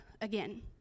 again